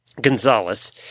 Gonzalez